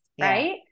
right